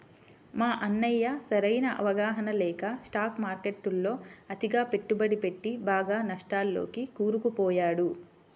మా అన్నయ్య సరైన అవగాహన లేక స్టాక్ మార్కెట్టులో అతిగా పెట్టుబడి పెట్టి బాగా నష్టాల్లోకి కూరుకుపోయాడు